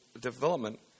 development